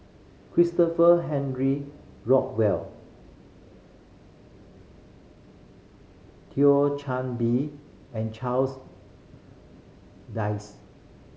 Christopher Henry Rothwell Thio Chan Bee and Charles Dyce